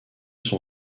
son